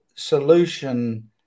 solution